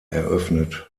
eröffnet